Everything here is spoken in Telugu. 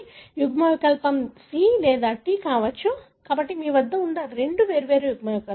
యుగ్మ వికల్పం సి లేదా టి కావచ్చు సరియైనది కాబట్టి మీ వద్ద ఉన్న రెండు వేర్వేరు యుగ్మవికల్పాలు